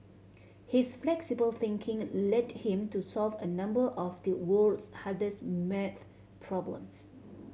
his flexible thinking led him to solve a number of the world's hardest math problems